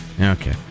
Okay